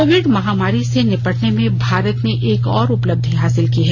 Covid महामारी से निपटने में भारत ने एक और उपलब्धि हासिल की है